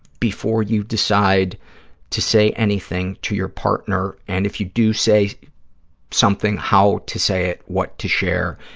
before you decide to say anything to your partner, and if you do say something, how to say it, what to share,